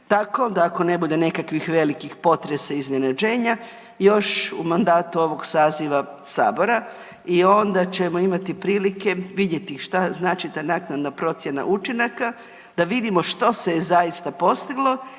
tako da ako ne bude nekakvih velikih potresa iznenađenja još u mandatu ovog saziva sabora i ona ćemo imati prilike vidjeti šta znači ta naknadna procjena učinaka da vidimo što se je zaista postiglo